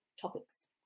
topics